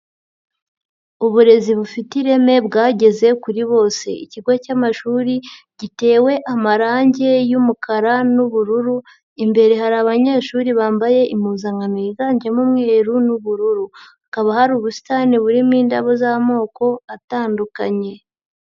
Uburezi bufite ireme bwageze kuri bose, ikigo cy'amashuri gitewe amarangi y'umukara n'ubururu, imbere hari abanyeshuri bambaye impuzankano yiganjemo umweru n'ubururu, hakaba hari ubusitani burimo indabo z'amoko atandukanye.